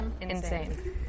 insane